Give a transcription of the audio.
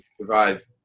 survive